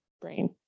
brain